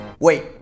Wait